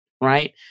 right